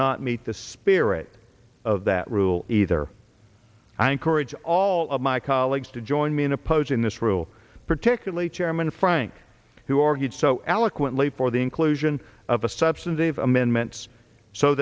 not meet the spirit of that rule either i encourage all of my colleagues to join me in opposing this for will particularly chairman frank who argued so eloquently for the inclusion of a substantive amendments so